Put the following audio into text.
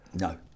No